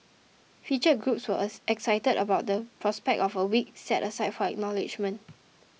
featured groups were excited about the prospect of a week set aside for acknowledgement